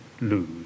lose